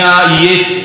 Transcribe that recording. לאמצעי הבטיחות,